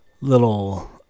Little